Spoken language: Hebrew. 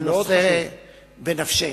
הנושא בנפשנו.